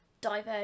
diverge